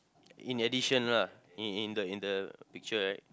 in addition lah in in the in the picture right